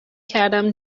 کردم